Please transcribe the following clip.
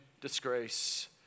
disgrace